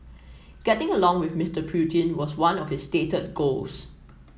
getting along with Mister Putin was one of his stated goals